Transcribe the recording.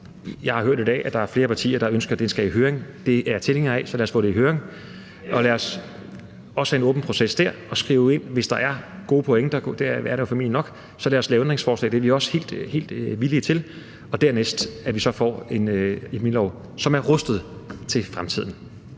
Jeg har hørt i dag, at der er flere partier, der ønsker, at det skal i høring. Det er jeg tilhænger af, så lad os få det i høring og også dér få en åben proces og skrive det ind, hvis der er gode pointer – det er der formentlig – og så lad os lave ændringsforslag. Det er regeringen helt villig til, så vi dernæst får en epidemilov, som er rustet til fremtiden.